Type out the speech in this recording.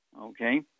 okay